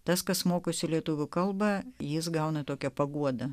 tas kas mokosi lietuvių kalba jis gauna tokią paguodą